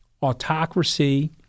autocracy